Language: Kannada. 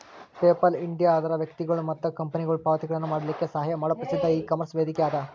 ಪೇಪಾಲ್ ಇಂಡಿಯಾ ಅದರ್ ವ್ಯಕ್ತಿಗೊಳು ಮತ್ತ ಕಂಪನಿಗೊಳು ಪಾವತಿಗಳನ್ನ ಮಾಡಲಿಕ್ಕೆ ಸಹಾಯ ಮಾಡೊ ಪ್ರಸಿದ್ಧ ಇಕಾಮರ್ಸ್ ವೇದಿಕೆಅದ